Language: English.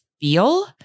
feel